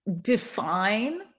define